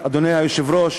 אדוני היושב-ראש,